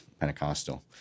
Pentecostal